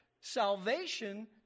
salvation